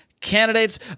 candidates